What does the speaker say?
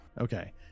Okay